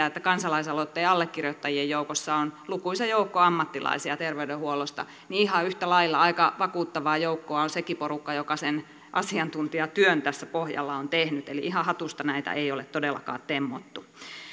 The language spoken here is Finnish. että kansalaisaloitteen allekirjoittajien joukossa on lukuisa joukko ammattilaisia terveydenhuollosta niin ihan yhtä lailla aika vakuuttavaa joukkoa on sekin porukka joka sen asiantuntijatyön tässä pohjalla on tehnyt eli ihan hatusta näitä ei ole todellakaan temmottu